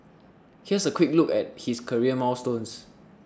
here's a quick look at his career milestones